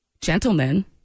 Gentlemen